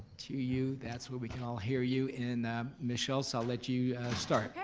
to you, that's where we can all hear you, and miss schulz, i'll let you start.